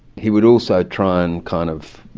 he would also try and kind of